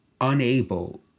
unable